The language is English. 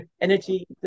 energy